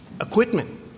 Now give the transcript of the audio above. equipment